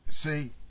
See